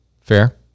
Fair